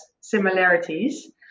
similarities